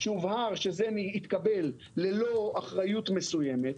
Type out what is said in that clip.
כשזה הובהר שזה התקבל ללא אחריות מסוימת,